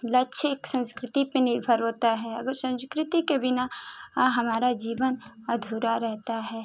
लक्ष्य एक संस्कृति पर निर्भर होता है अगर संस्कृति के बिना हमारा जीवन अधूरा रहता है